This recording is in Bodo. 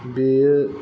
बेयो